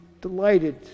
delighted